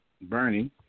Bernie